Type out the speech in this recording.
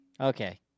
Okay